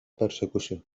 persecució